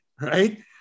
right